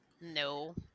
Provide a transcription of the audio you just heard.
no